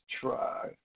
try